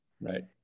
Right